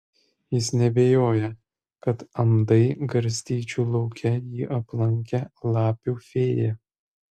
jis neabejojo kad andai garstyčių lauke jį aplankė lapių fėja